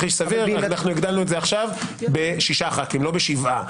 הגדלנו את זה עכשיו ב-6 ח"כים, לא ב-7.